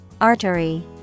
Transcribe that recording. Artery